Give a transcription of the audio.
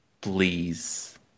Please